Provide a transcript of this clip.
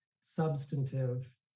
substantive